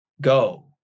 Go